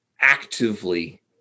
actively